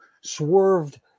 swerved